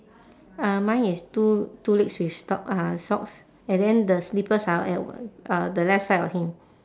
uh mine is two two legs with sock uh socks and then the slippers are at uh the left side of him